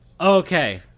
Okay